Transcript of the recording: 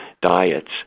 diets